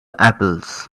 apples